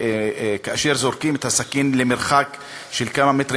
וכאשר זורקים את הסכין למרחק של כמה מטרים